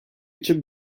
için